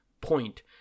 point